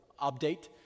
update